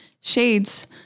shades